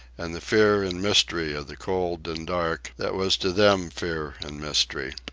and the fear and mystery of the cold and dark that was to them fear and mystery.